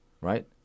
right